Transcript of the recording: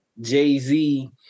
Jay-Z